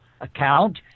account